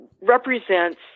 represents